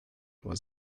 was